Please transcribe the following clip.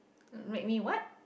make me what